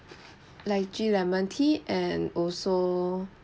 lychee lemon tea and also